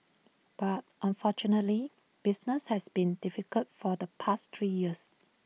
but unfortunately business has been difficult for the past three years